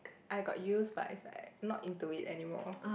I got use but is like not into it anymore